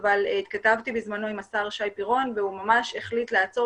התכתבתי בזמנו עם השר שי פירון והוא ממש החליט לעצור